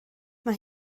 mae